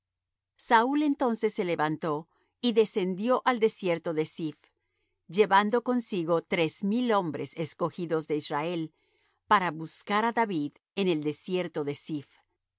saúl entonces se levantó y descendió al desierto de ziph llevando consigo tres mil hombres escogidos de israel para buscar á david en el desierto de